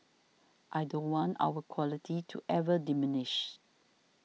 I don't want our quality to ever diminish